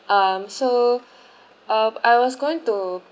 um so um I was going to